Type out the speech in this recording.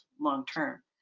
long-term